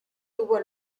tuvo